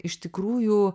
iš tikrųjų